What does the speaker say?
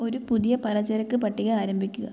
ഒരു പുതിയ പലചരക്ക് പട്ടിക ആരംഭിക്കുക